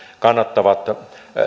kannattavat